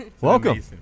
Welcome